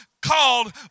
called